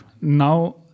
Now